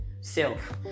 self